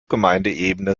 gemeindeebene